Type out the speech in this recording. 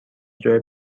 جای